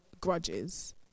grudges